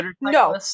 no